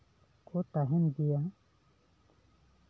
ᱠᱚ ᱛᱟᱦᱮᱱ ᱜᱮᱭᱟ